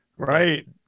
right